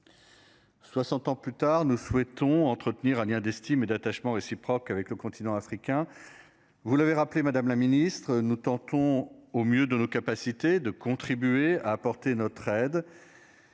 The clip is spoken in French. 60 ans plus tard, nous souhaitons entretenir lien d'estime et d'attachement réciproque avec le continent africain. Vous l'avez rappelé Madame la Ministre nous tentons au mieux de nos capacités de contribuer à apporter notre aide.